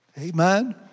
Amen